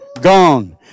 gone